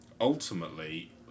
ultimately